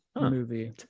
movie